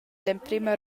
l’emprema